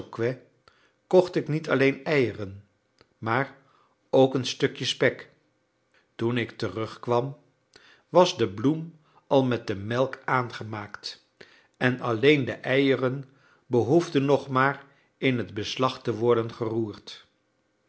kocht ik niet alleen eieren maar ook een stukje spek toen ik terugkwam was de bloem al met de melk aangemaakt en alleen de eieren behoefden nog maar in het beslag te worden geroerd